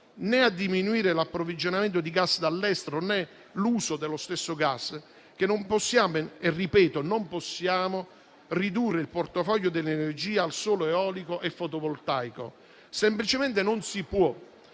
a diminuire l'approvvigionamento di gas dall'estero, né l'uso dello stesso gas) che non possiamo ridurre il portafoglio dell'energia al solo eolico e fotovoltaico. Semplicemente non si può,